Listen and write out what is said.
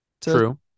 true